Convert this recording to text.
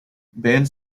bands